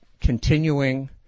continuing